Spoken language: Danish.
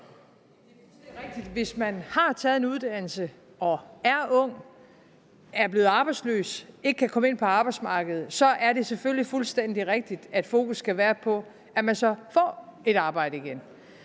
hvis man har taget en uddannelse og er ung, er blevet arbejdsløs og ikke kan komme ind på arbejdsmarkedet, så skal fokus selvfølgelig være på, at man så får et arbejde igen.